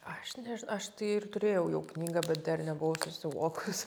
aš nežn aš tai ir turėjau jau knygą bet dar nebuvau suvokus